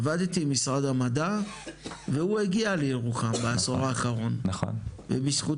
עבדתי עם משרד המדע והוא הגיע לירוחם בעשור האחרון ובזכותו